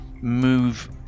move